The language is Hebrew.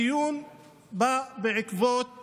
הדיון בא בעקבות